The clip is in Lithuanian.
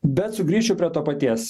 bet sugrįšiu prie to paties